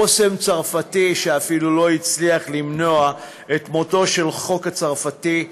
בושם צרפתי שאפילו לא הצליח למנוע את מותו של החוק הצרפתי.